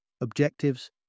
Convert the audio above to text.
objectives